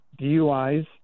DUIs